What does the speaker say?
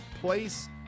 place